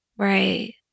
Right